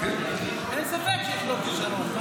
אין ספק שיש לו כישרון.